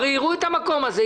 הרי יראו את המקום הזה,